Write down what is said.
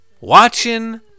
watching